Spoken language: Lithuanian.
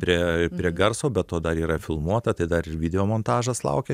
prie prie garso be to dar yra filmuota tai dar video ir montažas laukia